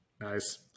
Nice